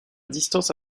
distance